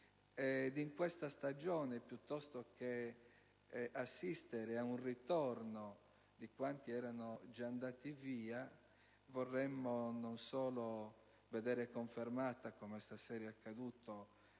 in questa stagione, piuttosto che assistere ad un ritorno di quanti erano già andati via, vorremmo non solo vedere confermata, come stasera è accaduto,